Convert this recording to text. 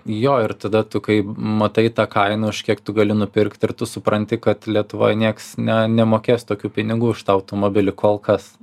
jo ir tada tu kai matai tą kainą už kiek tu gali nupirkti ir tu supranti kad lietuvoj nieks ne nemokės tokių pinigų už tą automobilį kol kas